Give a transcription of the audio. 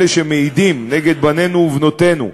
אלה שמעידים נגד בנינו ובנותינו.